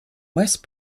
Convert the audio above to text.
west